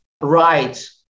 right